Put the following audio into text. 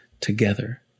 together